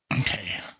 Okay